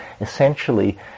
essentially